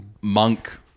monk